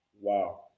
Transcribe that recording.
Wow